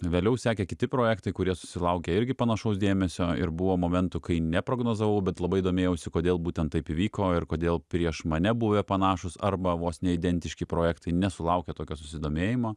vėliau sekė kiti projektai kurie susilaukė irgi panašaus dėmesio ir buvo momentų kai neprognozavau bet labai domėjausi kodėl būtent taip įvyko ir kodėl prieš mane buvę panašūs arba vos ne identiški projektai nesulaukia tokio susidomėjimo